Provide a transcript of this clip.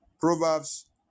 Proverbs